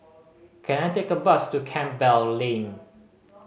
can I take a bus to Campbell Lane